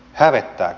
hävettääkö